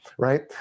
Right